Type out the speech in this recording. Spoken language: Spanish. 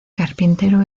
carpintero